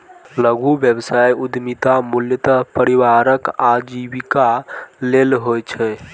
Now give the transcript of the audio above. लघु व्यवसाय उद्यमिता मूलतः परिवारक आजीविका लेल होइ छै